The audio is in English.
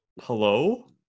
hello